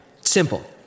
Simple